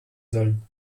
sollen